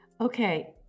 Okay